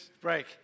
break